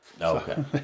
Okay